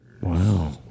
Wow